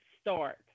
start